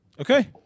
okay